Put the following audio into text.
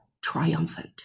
triumphant